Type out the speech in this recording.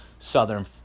southern